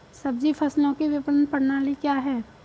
सब्जी फसलों की विपणन प्रणाली क्या है?